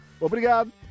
Obrigado